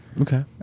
Okay